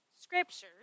scriptures